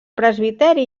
presbiteri